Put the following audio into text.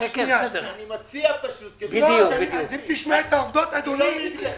אני מציע פשוט --- אם תשמע את העובדות, אדוני.